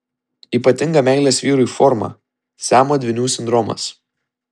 ypatinga meilės vyrui forma siamo dvynių sindromas